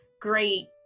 great